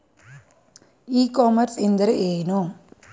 E commerce ಎಂದರೆ ಏನು?